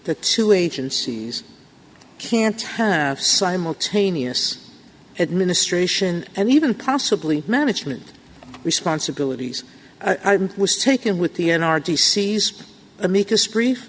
that two agencies can't simultaneous administration and even possibly management responsibilities was taken with the n r d c's amicus brief